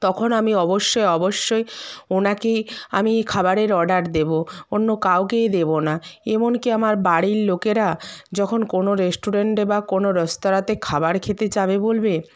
তখন আমি অবশ্যই অবশ্যই ওনাকেই আমি খাবারের অর্ডার দেবো অন্য কাউকেই দেবো না এমনকি আমার বাড়ির লোকেরা যখন কোনো রেস্টুরেন্টে বা কোনো রেস্তোরাঁতে খাবার খেতে যাবে বলবে